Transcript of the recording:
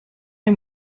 est